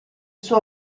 suo